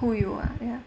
who you are ya